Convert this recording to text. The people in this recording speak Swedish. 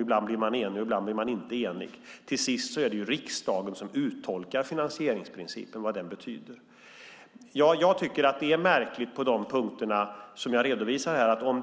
Ibland blir man enig, ibland inte. Till sist är det riksdagen som uttolkar vad finansieringsprincipen betyder. Jag tycker att det är märkligt på de punkter som jag redovisar här.